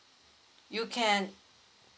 you can